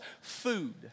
Food